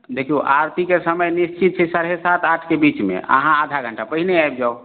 देखिऔ आरतीके समय निश्चित छै साढ़े सात आठके बीचमे अहाँ आधा घण्टा पहिले आबि जाउ